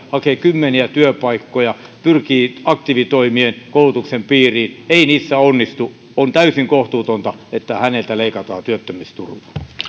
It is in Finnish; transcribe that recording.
hakee kymmeniä työpaikkoja pyrkii aktiivitoimien ja koulutuksen piiriin mutta ei niissä onnistu on täysin kohtuutonta että häneltä leikataan työttömyysturvaa